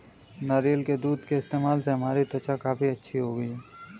नारियल के दूध के इस्तेमाल से हमारी त्वचा काफी अच्छी हो गई है